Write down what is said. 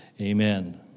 Amen